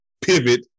pivot